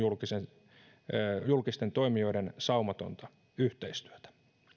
muiden julkisten toimijoiden saumatonta yhteistyötä